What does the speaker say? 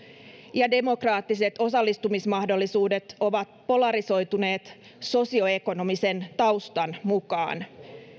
ja demokraattiset osallistumismahdollisuudet ovat polarisoituneet sosioekonomisen taustan mukaan